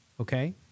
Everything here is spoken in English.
okay